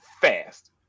fast